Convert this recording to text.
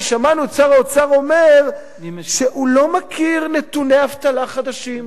כי שמענו את שר האוצר אומר שהוא לא מכיר נתוני אבטלה חדשים,